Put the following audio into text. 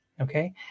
okay